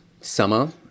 summer